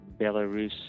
Belarus